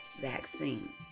vaccine